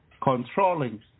controlling